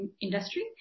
industry